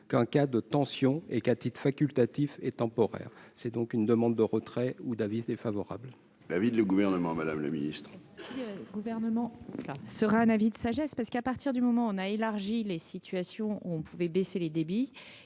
qu'en cas de tension et qu'à titre facultatif et temporaire, c'est donc une demande de retrait ou d'Avis défavorable. La ville, le gouvernement Madame le Ministre, gouvernement. ça sera un avis de sagesse parce qu'à partir du moment où on a élargi les situations où on pouvait baisser les débits,